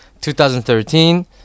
2013